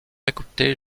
écouter